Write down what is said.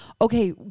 okay